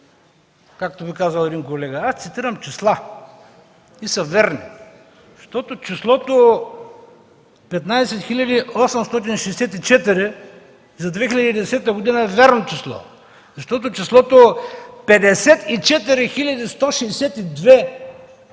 както би казал един колега, аз цитирам числа и са верни – защото числото 15 864 за 2010 г., е вярно число, защото числото 54 162 за